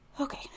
Okay